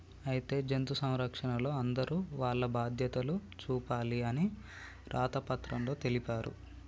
అయితే జంతు సంరక్షణలో అందరూ వాల్ల బాధ్యతలు చూపాలి అని రాత పత్రంలో తెలిపారు